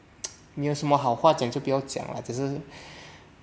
没有有什么好话讲就不要讲 lah 可是